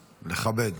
לכבד.